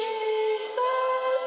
Jesus